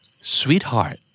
Sweetheart